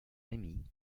rémy